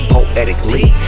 Poetically